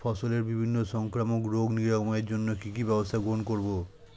ফসলের বিভিন্ন সংক্রামক রোগ নিরাময়ের জন্য কি কি ব্যবস্থা গ্রহণ করব?